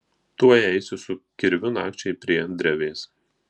tuoj eisiu su kirviu nakčiai prie drevės